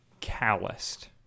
calloused